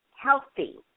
healthy